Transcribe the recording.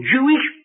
Jewish